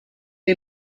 que